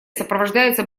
сопровождается